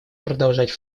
продолжать